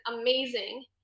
amazing